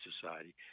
society